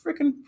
freaking